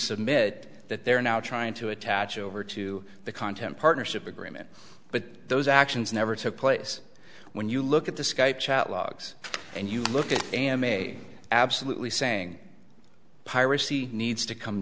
submit that they're now trying to attach over to the content partnership agreement but those actions never took place when you look at the skype chat logs and you look at a m a absolutely saying piracy needs to come